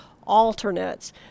alternates